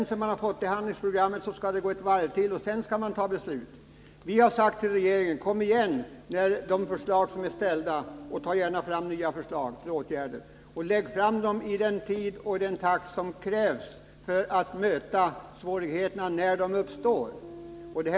När man sedan har fått det handlingsprogrammet, så skall frågan gå ett varv till, och först därefter skall man fatta beslut. Vi har sagt till regeringen: Kom igen med åtgärderna enligt de förslag som är fastställda, och ta gärna fram nya förslag till åtgärder! Lägg fram förslagen efter den tid och i den takt som krävs för att vi med dem skall kunna möta de svårigheter som uppstår!